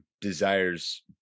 desires